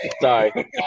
Sorry